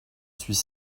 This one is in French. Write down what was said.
suis